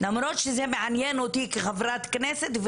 למרות שזה מעניין אותי כחברת כנסת,